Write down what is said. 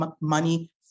money